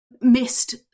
missed